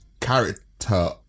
character